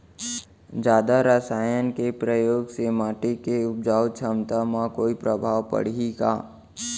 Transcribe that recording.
जादा रसायन के प्रयोग से माटी के उपजाऊ क्षमता म कोई प्रभाव पड़ही का?